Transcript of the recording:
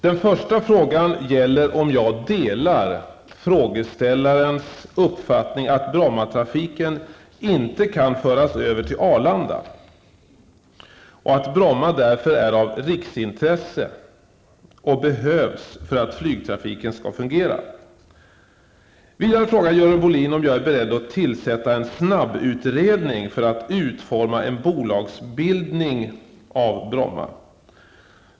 Den första frågan gäller om jag delar frågeställarens uppfattning att Brommatrafiken inte kan föras över till Arlanda och att Bromma därför är av riksintresse och behövs för att flygtrafiken skall fungera. Vidare frågar Görel Bohlin om jag är beredd att tillsätta en snabbutredning för att utforma en bolagsbildning av Bromma.